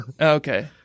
Okay